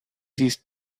these